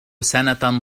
سنة